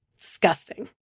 disgusting